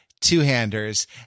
Two-handers